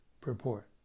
Purport